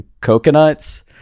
coconuts